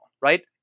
right